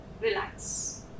relax